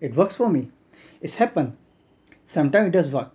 it works for me it's happened sometime it does work